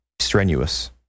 strenuous